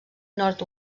nord